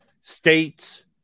states